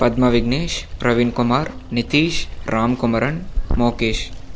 Padmavignesh Praveenkumar Nitheesh Ramkumaran Mokesh